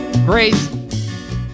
Grace